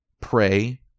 pray